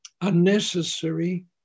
unnecessary